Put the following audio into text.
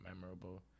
memorable